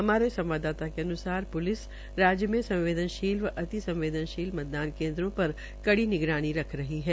हमारे संवाददाता के अन्सार प्लिस राज्य में संवदेनशील व अति संवदेनशील मतदान केन्द्रों पर कड़ी निगरानी रख रही है